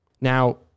Now